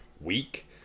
week